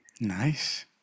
nice